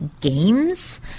games